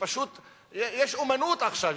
פשוט יש אמנות עכשיו,